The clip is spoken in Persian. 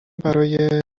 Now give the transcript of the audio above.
برای